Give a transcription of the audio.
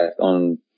on